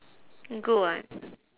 good what